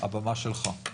הבמה שלך.